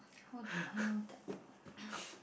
how do I know that